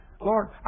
Lord